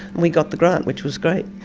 we got the grant, which was great.